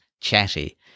chatty